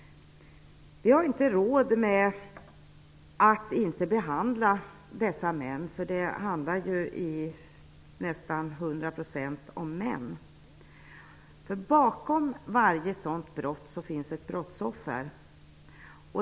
Vi har inte råd att inte behandla dessa män -- det handlar ju till nästan 100 % om män. Bakom varje kvinnomisshandelsbrott finns ett brottsoffer.